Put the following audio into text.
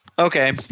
Okay